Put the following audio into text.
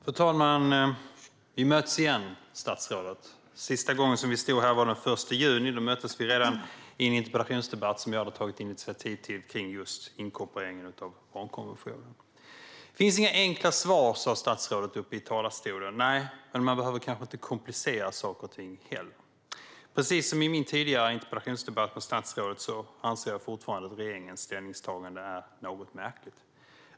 Fru talman! Vi möts igen, statsrådet och jag. Senaste gången vi stod här var den 1 juni. Då möttes vi i en interpellationsdebatt som jag hade tagit initiativ till och som gällde just inkorporeringen av barnkonventionen. Det finns inga enkla svar, sa statsrådet i talarstolen. Nej, men man behöver kanske inte heller komplicera saker och ting. Precis som i min interpellationsdebatt med statsrådet anser jag fortfarande att regeringens ställningstagande är något märkligt.